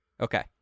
okay